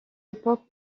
époque